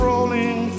Rolling